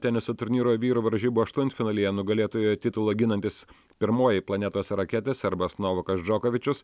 teniso turnyro vyrų varžybų aštuntfinalyje nugalėtojo titulą ginantis pirmoji planetos raketė serbas novakas džokovičius